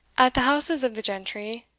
at the houses of the gentry,